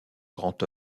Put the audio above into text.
grand